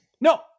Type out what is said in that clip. No